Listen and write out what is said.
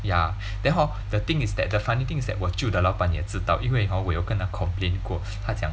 ya then hor the thing is that the funny thing is that 我旧的老板也知道因为 hor 我有跟他 complain 过他讲